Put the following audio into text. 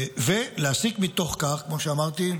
ולהסיק מתוך כך, כמו שאמרתי,